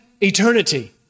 eternity